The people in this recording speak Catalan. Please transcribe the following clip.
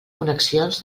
connexions